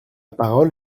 parole